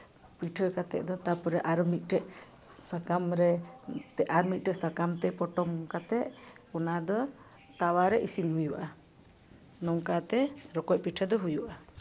ᱯᱤᱴᱷᱟᱹ ᱠᱟᱛᱮᱫ ᱫᱚ ᱛᱟᱨᱯᱚᱨᱮ ᱟᱨ ᱢᱤᱫᱴᱟᱝ ᱥᱟᱠᱟᱢ ᱨᱮ ᱟᱨ ᱢᱤᱫᱴᱟᱝ ᱥᱟᱠᱟᱢ ᱛᱮ ᱯᱚᱴᱚᱢ ᱠᱟᱛᱮᱫ ᱚᱱᱟ ᱫᱚ ᱛᱟᱣᱟ ᱨᱮ ᱤᱥᱤᱱ ᱦᱩᱭᱩᱜᱼᱟ ᱱᱚᱝᱠᱟᱛᱮ ᱨᱚᱠᱚᱡ ᱯᱤᱴᱷᱟᱹ ᱫᱚ ᱦᱩᱭᱩᱜᱼᱟ